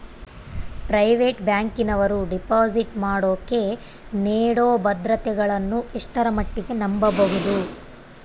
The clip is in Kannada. ಪ್ರೈವೇಟ್ ಬ್ಯಾಂಕಿನವರು ಡಿಪಾಸಿಟ್ ಮಾಡೋಕೆ ನೇಡೋ ಭದ್ರತೆಗಳನ್ನು ಎಷ್ಟರ ಮಟ್ಟಿಗೆ ನಂಬಬಹುದು?